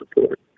support